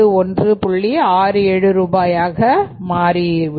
67 ரூபாயாக மாறிவிடும்